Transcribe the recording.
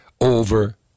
over